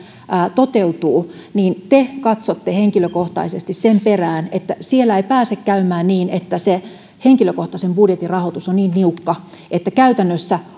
toteutuu niin te katsotte henkilökohtaisesti sen perään että siellä ei pääse käymään niin että se henkilökohtaisen budjetin rahoitus on niin niukka että käytännössä